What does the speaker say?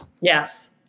Yes